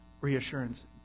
reassurance